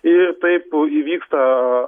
ir taip įvyksta